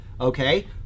Okay